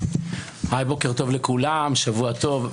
בוקר טוב לכולם, שבוע טוב.